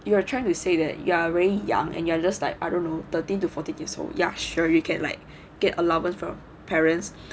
you are trying to say that you are really young and you're just like I don't know thirty to forty years oh old ya sure you get like get allowance for parents